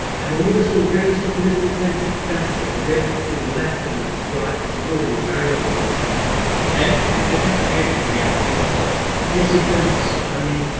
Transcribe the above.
and all of this will raise the political temperature, the rift between the left and right, which is already very large in this country and and it has implications beyond brazil, doesn't it? yes, it does. i mean,